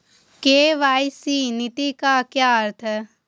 KYC नीति का क्या अर्थ है?